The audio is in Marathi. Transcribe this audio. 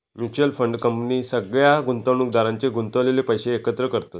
म्युच्यअल फंड कंपनी सगळ्या गुंतवणुकदारांचे गुंतवलेले पैशे एकत्र करतत